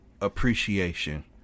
appreciation